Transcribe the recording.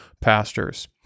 pastors